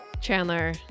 Chandler